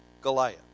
Goliath